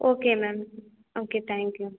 okay ma'am okay thank you